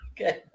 Okay